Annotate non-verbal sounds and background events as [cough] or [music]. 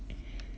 [breath]